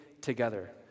together